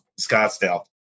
Scottsdale